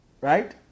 Right